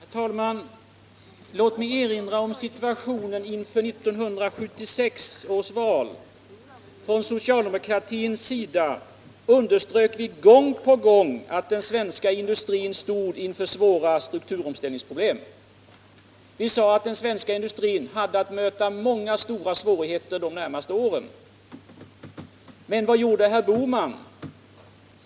Herr talman! Låt mig erinra om situationen inför 1976 års val. Från socialdemokratins sida underströk vi gång på gång att den svenska industrin stod inför stora strukturomställningsproblem. Vi sade att den svenska industrin hade att möta många stora svårigheter de närmaste åren. Men vad gjorde herr Bohman?